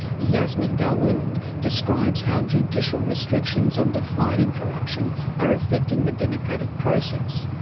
yasmin dawood describes how judicial restrictions on defining corruption are affecting the democratic process.